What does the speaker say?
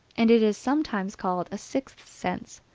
and it is sometimes called a sixth sense.